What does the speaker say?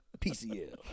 PCL